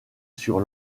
sur